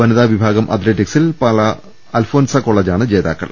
വനിതാ വിഭാഗം അത് ല റ്റി ക് സിൽ പാല അൽഫോൺസ കോളേജാണ് ജേതാക്കൾ